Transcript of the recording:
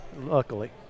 luckily